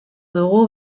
dugu